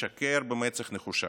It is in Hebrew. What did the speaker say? משקר במצח נחושה.